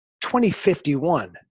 2051